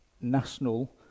national